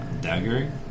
dagger